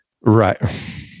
Right